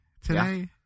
today